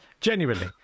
Genuinely